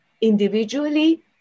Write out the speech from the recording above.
individually